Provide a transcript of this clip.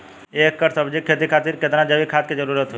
एक एकड़ सब्जी के खेती खातिर कितना जैविक खाद के जरूरत होई?